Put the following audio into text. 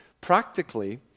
practically